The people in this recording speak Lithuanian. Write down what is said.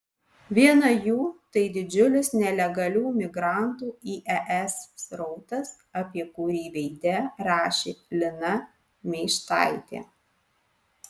viena jų tai didžiulis nelegalių migrantų į es srautas apie kurį veide rašė lina meištaitė